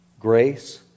Grace